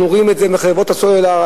אנחנו רואים את זה בחברות הסלולר.